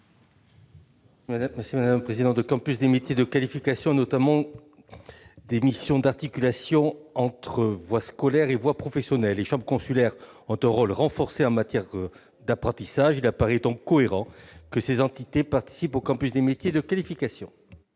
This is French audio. M. Max Brisson. Le campus des métiers et des qualifications a notamment des missions d'articulation entre la voie scolaire et la voie professionnelle. Les chambres consulaires ont un rôle renforcé en matière d'apprentissage. Il apparaît donc cohérent que ces entités participent aux campus des métiers et des qualifications.